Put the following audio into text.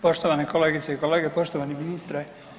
Poštovane kolegice i kolege, poštovani ministre.